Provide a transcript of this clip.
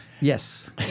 Yes